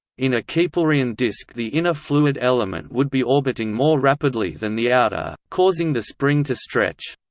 in a keplerian disk the inner fluid element would be orbiting more rapidly than the outer, causing the spring to stretch.